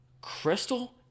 crystal